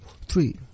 three